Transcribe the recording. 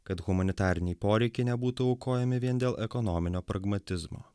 kad humanitariniai poreikiai nebūtų aukojami vien dėl ekonominio pragmatizmo